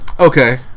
Okay